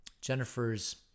Jennifer's